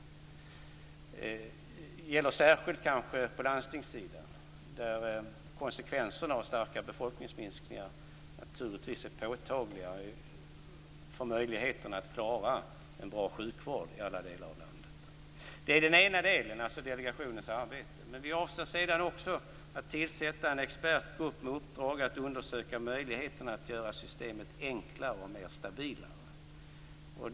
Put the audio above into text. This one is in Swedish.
Det gäller kanske särskilt på landstingssidan där konsekvenserna av starka befolkningsminskningar naturligtvis är påtagliga för möjligheterna att klara en bra sjukvård i alla delar av landet. Det är den ena delen, dvs. delegationens arbete. Men vi avser också att tillsätta en expertgrupp med uppdrag att undersöka möjligheten att göra systemet enklare och mer stabilt.